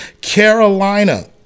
Carolina